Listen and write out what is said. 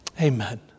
amen